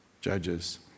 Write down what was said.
judges